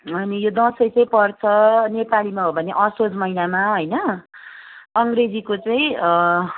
अनि यो दसैँ चाहिँ पर्छ नेपालीमा हो भने असोज महिनामा होइन अङ्ग्रेजीको चाहिँ